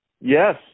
Yes